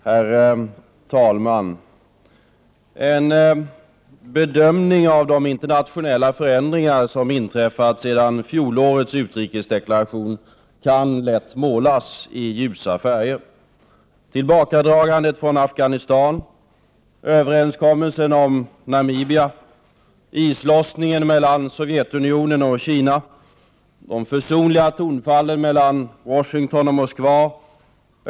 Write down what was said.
Herr talman! En bedömning av de internationella förändringar som inträffat sedan fjolårets utrikesdeklaration kan lätt målas i ljusa färger: Tillbakadragandet från Afghanistan. Överenskommelsen om Namibia. Islossningen mellan Sovjetunionen och Kina. De försonliga tonfallen mellan Washington och Moskva.